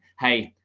hey,